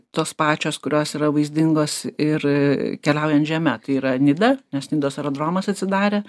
tos pačios kurios yra vaizdingos ir keliaujant žeme tai yra nida nes nidos aerodromas atsidarė